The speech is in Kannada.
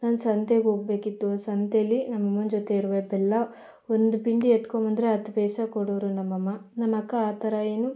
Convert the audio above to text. ನಾನು ಸಂತೆಗೆ ಹೋಗ್ಬೇಕಿತ್ತು ಸಂತೆಲಿ ನಮ್ಮಮ್ಮನ ಜೊತೆ ಇರ್ಬೇ ಬೆಲ್ಲ ಒಂದು ಪಿಂಡಿ ಎತ್ಕೊಂಡು ಬಂದರೆ ಹತ್ತು ಪೈಸೆ ಕೊಡೋರು ನಮ್ಮಮ್ಮ ನಮ್ಮಕ್ಕ ಆ ಥರ ಏನು